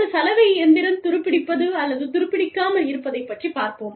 ஒரு சலவை இயந்திரம் துருப்பிடிப்பது அல்லது துருப்பிடிக்காமல் இருப்பதைப் பற்றிப் பார்ப்போம்